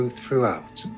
throughout